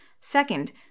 Second